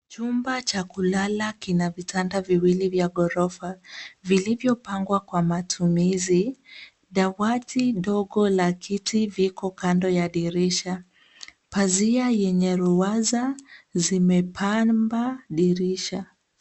Chumba cha kulala kina vitanda viwili vya ghorofa vilivyopangwa kwa matumizi. Dawati dogo la kiti viko kando ya dirisha. Pazia yenye ruwaza zimepamba dirisha.